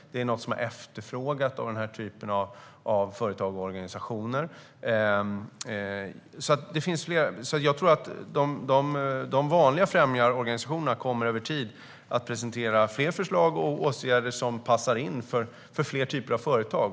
Det är något som är efterfrågat av den här typen av företag och organisationer. Jag tror alltså att de vanliga främjarorganisationerna över tid kommer att presentera fler förslag och åtgärder som passar in för fler typer av företag.